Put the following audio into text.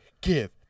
give